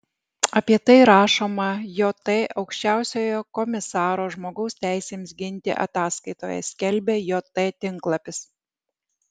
apie tai rašoma jt aukščiausiojo komisaro žmogaus teisėms ginti ataskaitoje skelbia jt tinklapis